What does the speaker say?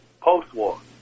post-war